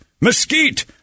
mesquite